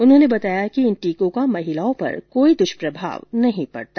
उन्होंने बताया कि इन टीकों का महिलाओं पर कोई दुष्प्रभाव नहीं पडता